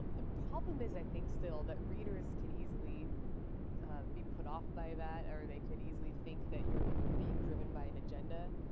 um the problem is, i think, still, that readers can easily be put off by that or they could easily think that you're being driven by an agenda.